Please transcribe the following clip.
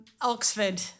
Oxford